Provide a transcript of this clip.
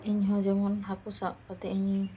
ᱤᱧ ᱦᱚᱸ ᱡᱮᱢᱚᱱ ᱦᱟᱹᱠᱩ ᱥᱟᱵ ᱠᱟᱛᱮᱫ ᱤᱧ